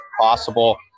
possible